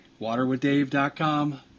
waterwithdave.com